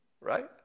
Right